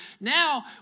now